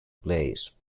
blaze